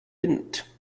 wind